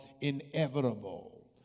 inevitable